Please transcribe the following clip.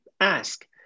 ask